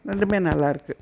ரெண்டுமே நல்லாயிருக்கு